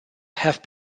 have